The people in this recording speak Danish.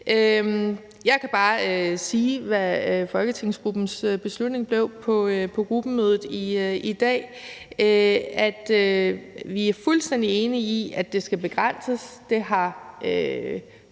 Jeg kan bare sige, hvad folketingsgruppens beslutning blev på gruppemødet i dag, nemlig at vi er fuldstændig enige i, at det skal begrænses. Det har